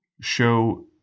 show